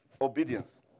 obedience